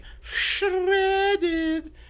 shredded